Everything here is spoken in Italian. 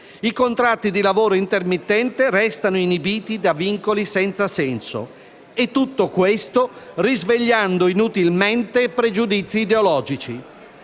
I contratti di lavoro intermittente restano inibiti da vincoli senza senso e tutto questo risvegliando inutilmente pregiudizi ideologici.